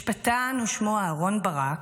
משפטן ושמו אהרון ברק,